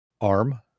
arm